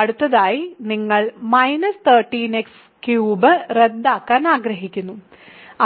അടുത്തതായി നിങ്ങൾ 13x cube റദ്ദാക്കാൻ ആഗ്രഹിക്കുന്നു